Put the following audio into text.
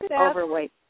overweight